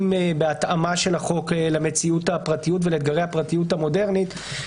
בהתאמת החוק למציאות הפרטיות ולאתגרי הפרטיות המודרנית.